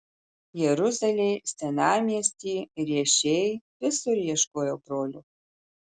jeruzalėj senamiesty riešėj visur ieškojau brolio